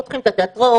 פותחים את התיאטראות,